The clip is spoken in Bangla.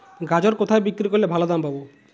গাজর কোথায় বিক্রি করলে ভালো দাম পাব?